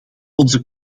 onze